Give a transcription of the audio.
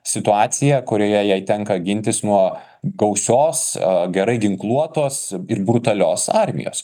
situaciją kurioje jai tenka gintis nuo gausios gerai ginkluotos ir brutalios armijos